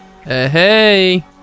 Hey